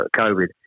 COVID